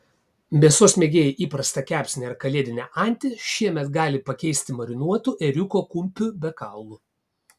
mėsos mėgėjai įprastą kepsnį ar kalėdinę antį šiemet gali pakeisti marinuotu ėriuko kumpiu be kaulų